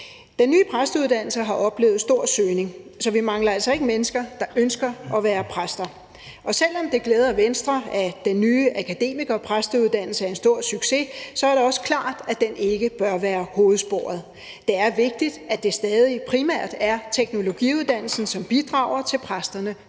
Den nye præsteuddannelse har oplevet stor søgning, så vi mangler altså ikke mennesker, der ønsker at være præster. Og selv om det glæder Venstre, at den nye akademikerpræsteuddannelse er en stor succes, er det også klart, at den ikke bør være hovedsporet. Det er vigtigt, at det stadig primært er teologiuddannelsen, som bidrager til præsterne